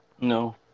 No